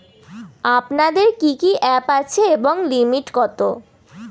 আপনাদের কি কি অ্যাপ আছে এবং লিমিট কত?